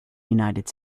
united